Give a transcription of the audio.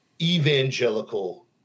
evangelical